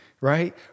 right